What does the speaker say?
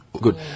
good